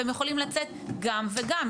הם יכולים לצאת גם וגם.